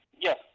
Yes